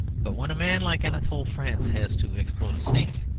but when a man like anatole france has to explode a saint,